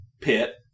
pit